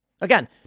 Again